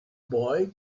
boy